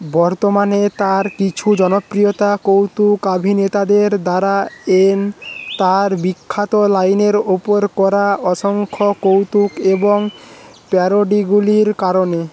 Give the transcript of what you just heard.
বর্তমানে তাঁর কিছু জনপ্রিয়তা কৌতুকাভিনেতাদের দ্বারা এন তাঁর বিখ্যাত লাইনের ওপর করা অসংখ্য কৌতুক এবং প্যারোডিগুলির কারণে